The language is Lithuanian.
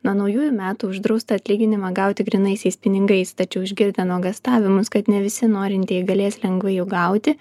nuo naujųjų metų uždrausta atlyginimą gauti grynaisiais pinigais tačiau išgirdę nuogąstavimus kad ne visi norintieji galės lengvai jų gauti